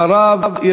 ואחריו,